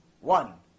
one